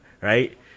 right